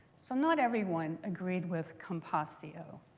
so not everyone agreed with compasio.